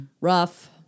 Rough